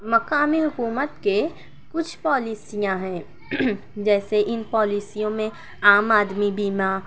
مقامی حکومت کے کچھ پالیسیاں ہیں جیسے ان پالیسیوں میں عام آدمی بیمہ